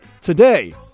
today